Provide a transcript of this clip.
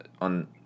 on